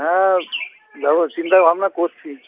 হ্যাঁ যাবো চিন্তাভাবনা করছি